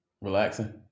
Relaxing